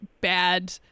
bad